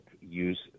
use